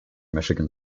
michigan